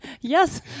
Yes